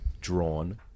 drawn